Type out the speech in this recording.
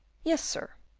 yes, sir.